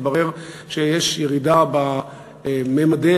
התברר שיש ירידה בממדי